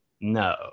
No